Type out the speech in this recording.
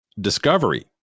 discovery